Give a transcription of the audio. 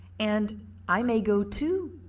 and i may go, too,